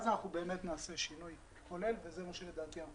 אז אנחנו באמת נעשה שינוי כולל וזה מה שלדעתי אנחנו צריכים.